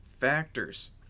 factors